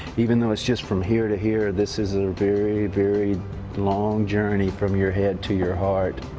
even though it's just from here to here, this is a very, very long journey, from your head to your heart.